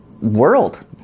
world